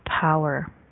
power